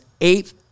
eighth